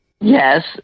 Yes